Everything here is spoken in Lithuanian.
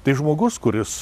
tai žmogus kuris